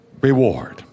reward